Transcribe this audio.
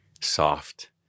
soft